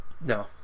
no